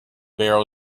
barrel